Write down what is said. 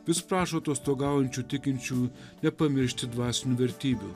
vis prašo atostogaujančių tikinčiųjų nepamiršti dvasinių vertybių